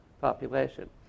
population